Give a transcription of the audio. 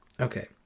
Okay